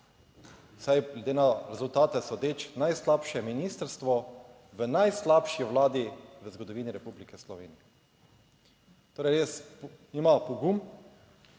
glede na rezultate sodeč najslabše ministrstvo v najslabši Vladi v zgodovini Republike Slovenije. Torej res ima pogum.